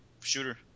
shooter